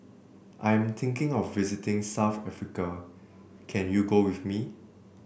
I'm thinking of visiting South Africa can you go with me